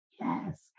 Yes